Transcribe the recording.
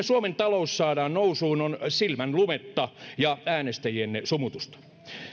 suomen talous saadaan nousuun ovat silmänlumetta ja äänestäjienne sumutusta